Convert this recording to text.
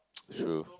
true